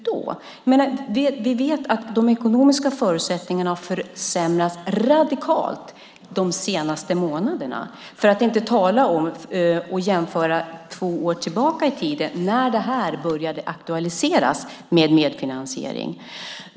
Vi vet att de ekonomiska förutsättningarna radikalt har försämrats under de senaste månaderna, för att inte tala om och jämföra med hur det var två år tillbaka i tiden när detta med medfinansiering började aktualiseras.